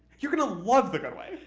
you're going to love the good wife.